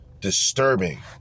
disturbing